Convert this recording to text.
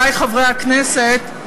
חברי חברי הכנסת,